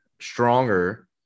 stronger